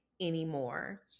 anymore